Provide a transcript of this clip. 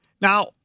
Now